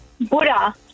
Buddha